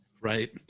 Right